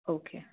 okay